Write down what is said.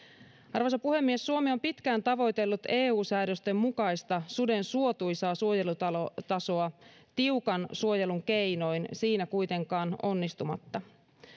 arvoisa puhemies suomi on pitkään tavoitellut eu säädösten mukaista suden suotuisaa suojelutasoa tiukan suojelun keinoin siinä kuitenkaan onnistumatta